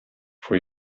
for